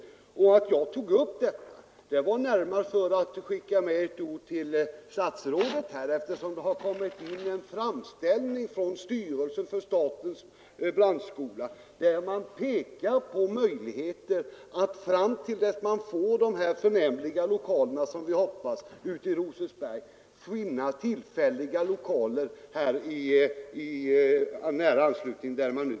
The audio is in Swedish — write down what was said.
Jag tog upp detta närmast för att skicka med ett ord till statsrådet, eftersom det har kommit in en framställning från styrelsen för statens brandskola, där man pekar på möjligheten att, tills man får dessa förnämliga lokaler som man hoppas få ute i Rosersberg, finna tillfälliga lokaler i nära anslutning till de nuvarande.